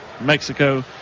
Mexico